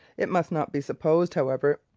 it must not be supposed, however,